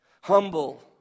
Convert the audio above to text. Humble